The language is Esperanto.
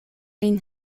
lin